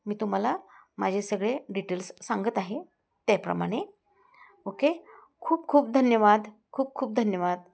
मी तुम्हाला माझे सगळे डिटेल्स सांगत आहे त्याप्रमाणे ओके खूप खूप धन्यवाद खूप खूप धन्यवाद